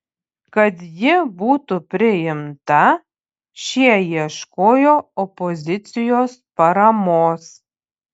kad ji būtų priimta šie ieškojo opozicijos paramos